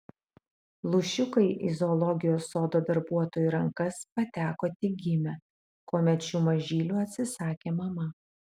lūšiukai į zoologijos sodo darbuotojų rankas pateko tik gimę kuomet šių mažylių atsisakė mama